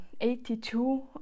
82